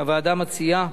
הוועדה מציעה,